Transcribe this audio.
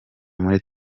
muri